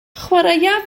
chwaraea